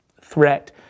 threat